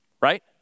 right